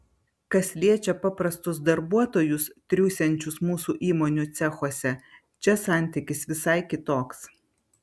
kas liečia paprastus darbuotojus triūsiančius mūsų įmonių cechuose čia santykis visai kitoks